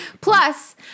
Plus